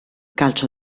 calcio